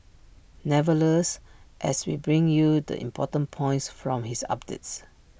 nevertheless as we bring you the important points from his updates